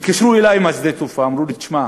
הם התקשרו אלי משדה התעופה, אמרו לי: תשמע,